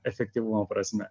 efektyvumo prasme